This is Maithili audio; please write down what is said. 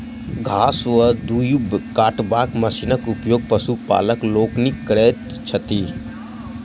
घास वा दूइब कटबाक मशीनक उपयोग पशुपालक लोकनि करैत छथि